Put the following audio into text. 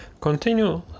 Continue